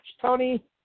Tony